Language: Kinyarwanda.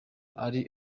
ari